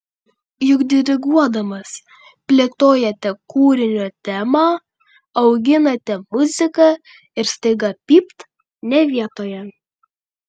juk diriguodamas plėtojate kūrinio temą auginate muziką ir staiga pypt ne vietoje